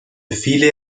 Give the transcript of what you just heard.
filet